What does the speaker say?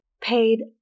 paid